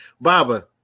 Baba